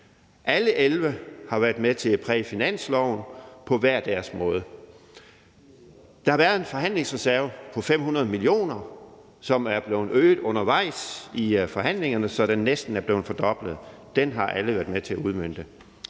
Alle 11 har været med til at præge finansloven på hver deres måde. Der har været en forhandlingsreserve på 500 mio. kr., som er blevet øget undervejs i forhandlingerne, så den næsten er blevet fordoblet. Den har alle været med til at udmønte.